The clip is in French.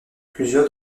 plusieurs